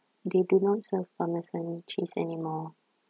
they do not serve parmesan cheese anymore